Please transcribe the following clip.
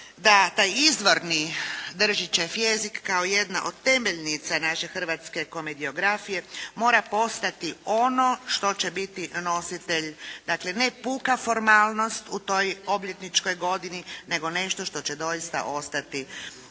da taj izvorni Držićev jezik kao jedna od temeljnica naše komediografije mora postati ono što će biti nositelj, dakle ne puka formalnost u toj obljetničkoj godini nego nešto što će doista ostati